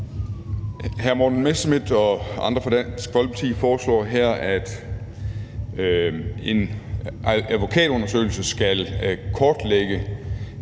Hr. Morten Messerschmidt og andre fra Dansk Folkeparti foreslår her, at en advokatundersøgelse skal kortlægge,